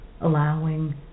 allowing